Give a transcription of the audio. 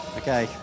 okay